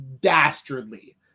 dastardly